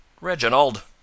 Reginald